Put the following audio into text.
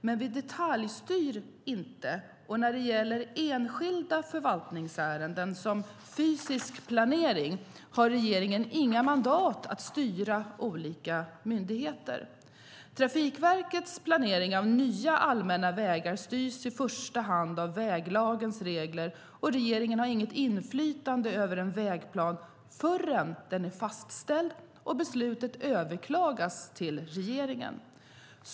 Men vi detaljstyr inte, och när det gäller enskilda förvaltningsärenden som fysisk planering har regeringen inga mandat att styra olika myndigheter. Trafikverkets planering av nya allmänna vägar styrs i första hand av väglagens regler, och regeringen har inget inflytande över en vägplan förrän den är fastställd och beslutet överklagas till regeringen.